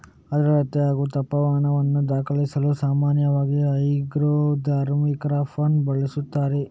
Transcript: ಆರ್ದ್ರತೆ ಹಾಗೂ ತಾಪಮಾನವನ್ನು ದಾಖಲಿಸಲು ಸಾಮಾನ್ಯವಾಗಿ ಹೈಗ್ರೋ ಥರ್ಮೋಗ್ರಾಫನ್ನು ಬಳಸುತ್ತಾರೆ